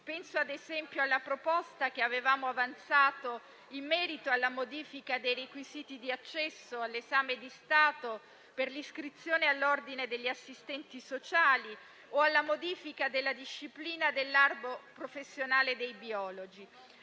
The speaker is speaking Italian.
penso - ad esempio - alla proposta che avevamo avanzato in merito alla modifica dei requisiti di accesso all'esame di Stato per l'iscrizione all'ordine degli assistenti sociali o alla modifica della disciplina dell'albo professionale dei biologi.